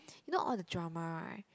you know all the drama right